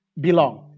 belong